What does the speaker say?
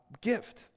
gift